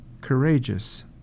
courageous